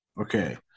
Okay